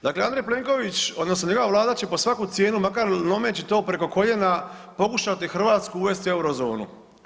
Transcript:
Dakle, Andrej Plenković odnosno njegova Vlada će po svaku cijenu makar lomeći to preko koljena pokušati Hrvatsku uvesti u Eurozonu.